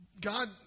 God